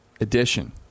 edition